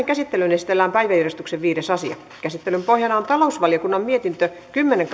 käsittelyyn esitellään päiväjärjestyksen viides asia käsittelyn pohjana on talousvaliokunnan mietintö kymmenen